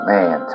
Man